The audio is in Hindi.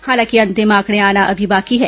हालांकि अंतिम आंकड़े आना अभी बाकी है